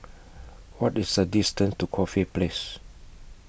What IS The distance to Corfe Place